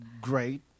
great